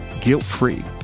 guilt-free